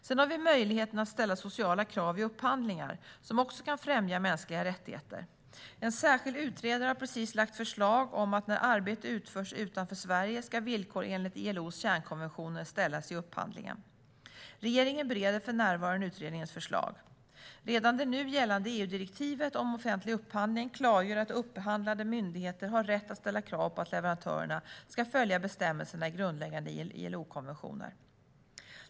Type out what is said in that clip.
Sedan har vi möjligheten att ställa sociala krav i upphandlingar, som också kan främja mänskliga rättigheter. En särskild utredare har precis lagt fram förslag om att när arbete utförs utanför Sverige ska villkor enligt ILO:s kärnkonventioner ställas i upphandlingen. Regeringen bereder för närvarande utredningens förslag. Redan det nu gällande EU-direktivet om offentlig upphandling klargör att upphandlande myndigheter har rätt att ställa krav på att leverantörerna ska följa bestämmelserna i grundläggande ILO-konventioner.